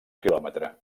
quilòmetre